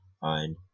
fine